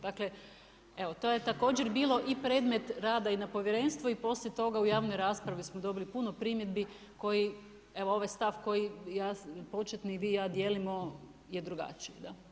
Dakle, to je također bilo i predmet rada i na povjerenstvu i poslije toga na javnoj raspravi smo dobili puno primjedbi koji ovaj stav koji (ja) početni Vi i ja dijelimo je drugačiji.